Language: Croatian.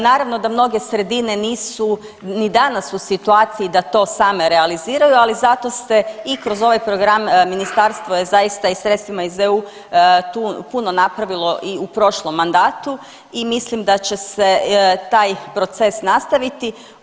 Naravno da mnoge sredine nisu ni danas u situaciji da to same realiziraju, ali zato se i kroz ova program ministarstvo je zaista i sredstvima iz EU tu puno napravilo i u prošlom mandatu i mislim da će se taj proces nastaviti.